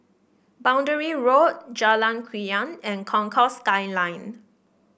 Boundary Road Jalan Krian and Concourse Skyline